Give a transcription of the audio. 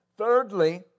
Thirdly